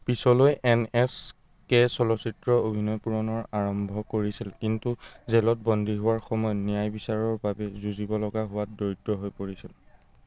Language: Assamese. পিছলৈ এন এছ কে চলচ্চিত্ৰ অভিনয় পূৰণৰ আৰম্ভ কৰিছিল কিন্তু জেলত বন্দী হোৱাৰ সময়ত ন্যায় বিচাৰৰ বাবে যুঁজিব লগা হোৱাত দৰিদ্ৰ হৈ পৰিছিল